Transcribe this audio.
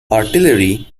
artillery